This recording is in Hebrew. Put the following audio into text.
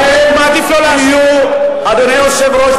אדוני היושב-ראש,